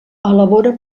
elabora